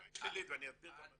התשובה היא שלילית ואסביר גם מדוע.